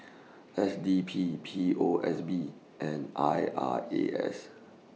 S D P P O S B and I R A S